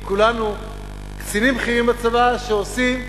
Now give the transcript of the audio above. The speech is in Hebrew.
כולנו קצינים בכירים בצבא שעושים,